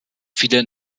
viele